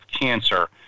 cancer